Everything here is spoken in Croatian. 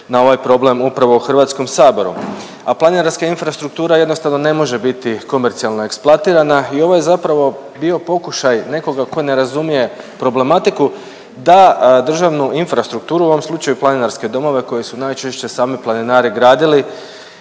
na ovaj problem upravo u HS, a planinarska infrastruktura jednostavno ne može biti komercijalno eksploatirana i ovo je zapravo bio pokušaj nekoga ko ne razumije problematiku da državnu infrastrukturu, u ovom slučaju planinarske domove koje su najčešće sami planinari gradili,